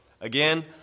again